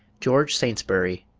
george saintsbury,